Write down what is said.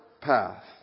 path